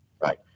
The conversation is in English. right